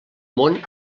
món